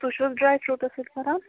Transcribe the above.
تُہۍ چھُو حظ ڈرٛاے فرٛوٗٹَس سۭتۍ کران